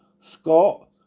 Scott